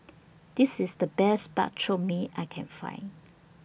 This IS The Best Bak Chor Mee I Can Find